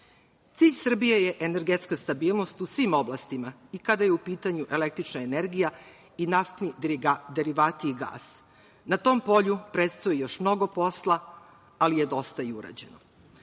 Cilj Srbije je energetska stabilnost u svim oblastima i kada je u pitanju električna energije i naftni derivati i gas. Na tom polju predstoje još mnogo posla ali je dosta i urađeno.